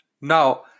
Now